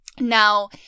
Now